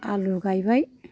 आलु गायबाय